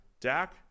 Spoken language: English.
Dak